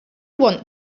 want